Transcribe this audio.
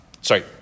sorry